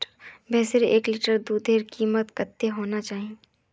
भैंसेर एक लीटर दूधेर कीमत कतेक होना चही?